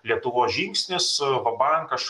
lietuvos žingsnis va bank aš